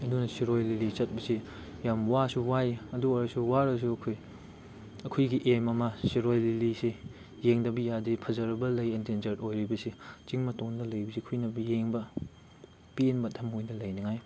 ꯑꯗꯨꯅ ꯁꯤꯔꯣꯏ ꯂꯤꯂꯤ ꯆꯠꯄꯁꯤ ꯌꯥꯝ ꯋꯥꯁꯨ ꯋꯥꯏ ꯑꯗꯨ ꯑꯣꯏꯔꯁꯨ ꯋꯥꯔꯁꯨ ꯑꯩꯈꯣꯏ ꯑꯩꯈꯣꯏꯒꯤ ꯑꯦꯝ ꯑꯃ ꯁꯤꯔꯣꯏ ꯂꯤꯂꯤꯁꯤ ꯌꯦꯡꯗꯕ ꯌꯥꯗꯦ ꯐꯖꯔꯒ ꯂꯩ ꯑꯦꯟꯗꯦꯟꯖꯔ ꯑꯣꯏꯔꯤꯕꯁꯦ ꯆꯤꯡ ꯃꯇꯣꯟꯗ ꯂꯩꯕꯁꯦ ꯑꯩꯈꯣꯏꯅ ꯌꯦꯡꯕ ꯄꯦꯟꯕ ꯊꯝꯃꯣꯏꯗ ꯂꯩꯅꯤꯡꯉꯥꯏ